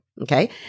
okay